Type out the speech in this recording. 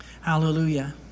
Hallelujah